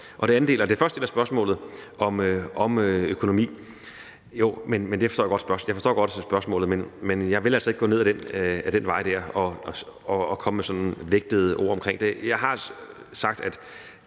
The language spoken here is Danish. Den første del af spørgsmålet om økonomi forstår jeg godt. Men jeg vil altså ikke gå ned ad den vej og komme med vægtede ord omkring det. Jeg har sagt, at